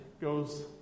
goes